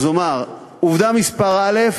אז אומר: עובדה מס' א.